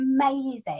amazing